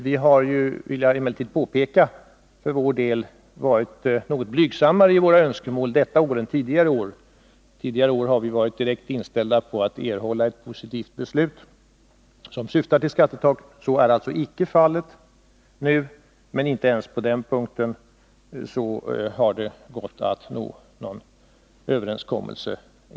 Jag vill emellertid påpeka att vi denna gång varit något blygsammare i våra önskemål. Tidigare år har vi varit direkt inställda på att erhålla ett positivt beslut som syftar till ett skattetak. Så är alltså icke fallet denna gång, men inte ens nu har det gått att få någon överenskommelse.